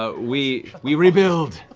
ah we we rebuild!